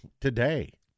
today